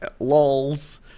lols